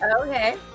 okay